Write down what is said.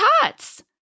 Tots